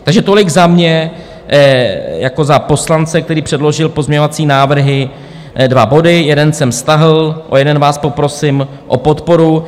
Takže tolik za mě jako za poslance, který předložil pozměňovací návrhy, dva body jeden jsem stáhl, u jednoho vás poprosím o podporu.